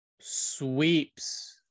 sweeps